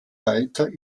leiter